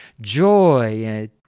joy